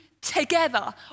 together